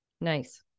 Nice